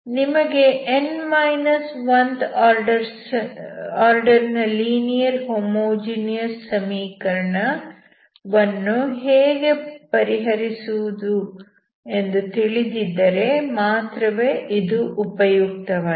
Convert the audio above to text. ನಿಮಗೆ th order ನ linear homogeneous ಸಮೀಕರಣ th ವನ್ನು ಪರಿಹರಿಸುವುದು ತಿಳಿದಿದ್ದರೆ ಮಾತ್ರವೇ ಇದು ಉಪಯುಕ್ತವಾಗಿದೆ